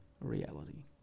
reality